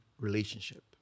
relationship